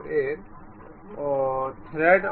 আর এই হেলিক্স শুরু হয় 90 ডিগ্রি কোণ থেকে